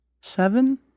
seven